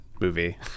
movie